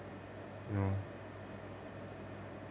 no